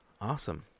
Awesome